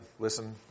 Listen